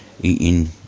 eating